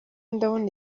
ndabona